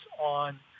on